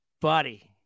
buddy